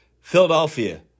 Philadelphia